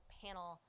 panel